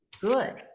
good